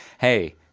Hey